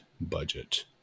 budget